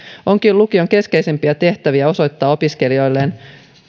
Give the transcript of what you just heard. onkin lukion keskeisimpiä tehtäviä osoittaa opiskelijoilleen